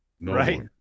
Right